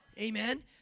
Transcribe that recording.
Amen